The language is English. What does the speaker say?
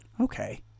Okay